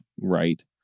right